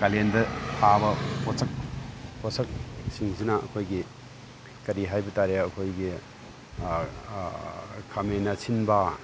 ꯀꯥꯂꯦꯟꯗ ꯊꯥꯕ ꯄꯣꯠꯁꯛ ꯄꯣꯠꯁꯛꯁꯤꯡꯁꯤꯅ ꯑꯩꯈꯣꯏꯒꯤ ꯀꯔꯤ ꯍꯥꯏꯕ ꯇꯥꯔꯦ ꯑꯩꯈꯣꯏꯒꯤ ꯈꯥꯃꯦꯟ ꯑꯁꯤꯟꯕ